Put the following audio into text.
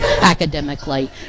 academically